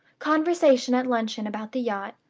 conversation at luncheon about the yacht.